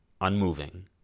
unmoving